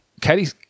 Katie